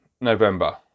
November